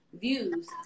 views